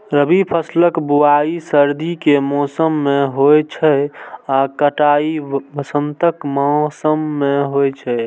रबी फसलक बुआइ सर्दी के मौसम मे होइ छै आ कटाइ वसंतक मौसम मे होइ छै